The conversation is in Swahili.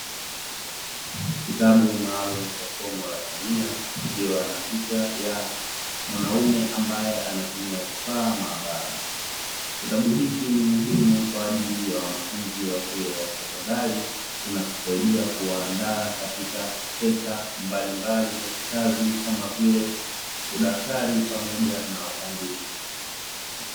Kitabu maalumu cha somo la kemia kikiwa na picha ya mwanaume ambaye anatumia vifaa maabara, kitabu hichi ni muhimu kwa ajili ya wanafunzi wa shule ya sekondari kinachosaidia kuwaandaa katika sekta mbalimbali za kikazi kama vile udaktari pamoja na uhandisi.